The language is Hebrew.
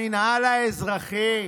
המינהל האזרחי,